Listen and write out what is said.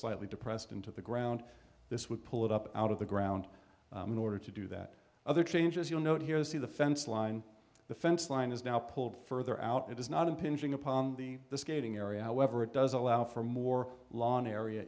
slightly depressed into the ground this would pull it up out of the ground in order to do that other changes you'll note here see the fence line the fence line is now pulled further out it is not impinging upon the skating area however it does allow for more lawn area